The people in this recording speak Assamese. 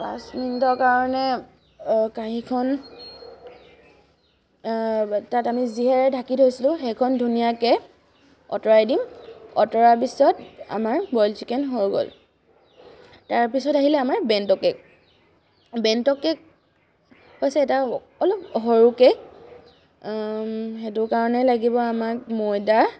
পাঁচ মিনিটৰ কাৰণে কাঁহীখন তাত আমি যিহেৰে ঢাকি থৈছিলোঁ সেইখন ধুনীয়াকৈ আঁতৰাই দিম অঁতৰা পিছত আমাৰ বইল চিকেন হৈ গ'ল তাৰপিছত আহিলে আমাৰ বেণ্ট' কে'ক বেণ্ট' কে'ক হৈছে এটা অকণমান সৰুকৈ সেইটো কাৰণে লাগিব আমাক ময়দা